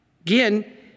Again